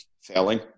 Failing